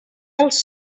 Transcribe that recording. els